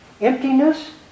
Emptiness